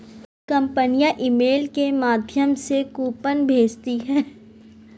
कंपनियां ईमेल के माध्यम से कूपन भेजती है